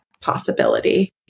possibility